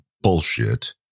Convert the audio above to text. bullshit